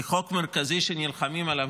כחוק מרכזי שנלחמים עליו,